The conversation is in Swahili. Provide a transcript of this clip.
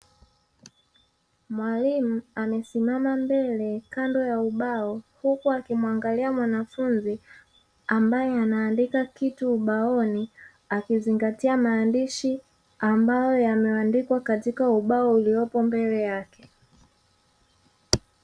Mwalimu amesimama mbele kando ya ubao huku akimwangalia mwanafunzi ambaye anaandika kitu ubaoni, akizingatia maandishi ambayo yameandikwa katika ubao uliopo mbele yake.